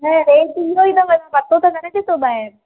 हा रेट इहो ई अथव तव्हां पतो त करे ॾिसो ॿाहिरि